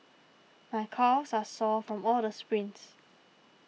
my calves are sore from all the sprints